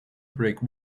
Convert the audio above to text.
brick